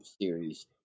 series